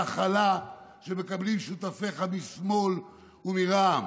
והכלה שמקבלים שותפיך משמאל ומרע"מ.